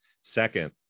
Second